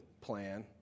plan